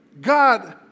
God